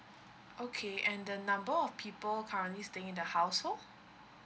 okay and the number of people currently staying in the household